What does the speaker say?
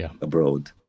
abroad